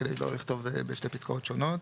כדי לא לכתוב בשתי פסקאות שונות.